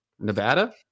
Nevada